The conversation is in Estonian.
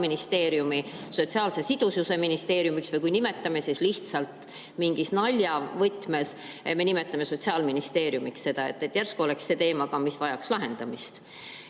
Sotsiaalministeeriumi sotsiaalse sidususe ministeeriumiks – või kui nimetame, siis lihtsalt mingis naljavõtmes –, me nimetame seda ikka Sotsiaalministeeriumiks. Järsku oleks see ka teema, mis vajaks lahendamist.